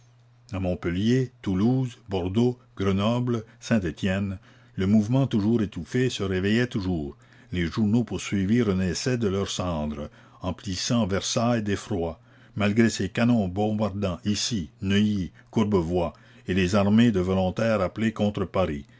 montpellier toulouse bordeaux grenoble saint-etienne le mouvement toujours étouffé se réveillait toujours les journaux poursuivis renaissaient de leurs cendres emplissant versailles d'effroi malgré ses canons bombardant issy neuilly courbevoie et les armées de volontaires appelés contre paris